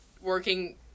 working